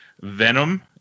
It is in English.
Venom